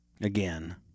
Again